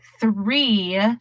three